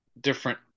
different